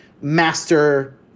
master